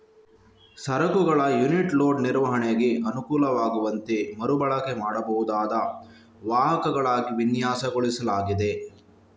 ಸರಕುಗಳ unit load ನಿರ್ವಹಣೆಗೆ ಅನುಕೂಲವಾಗುವಂತೆ ಮರು ಬಳಕೆ ಮಾಡಬಹುದಾದ ವಾಹಕಗಳಾಗಿ ವಿನ್ಯಾಸಗೊಳಿಸಲಾಗಿದೆ